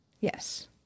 Yes